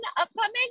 upcoming